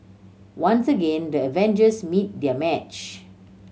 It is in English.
once again the Avengers meet their match